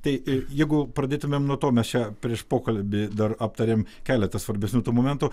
tai jeigu pradėtumėm nuo to mes čia prieš pokalbį dar aptarėm keletą svarbesnių tų momentų